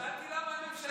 שאלתי למה אין ממשלה.